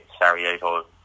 Sarajevo